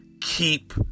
keep